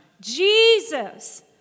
Jesus